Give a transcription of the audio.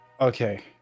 Okay